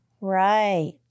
Right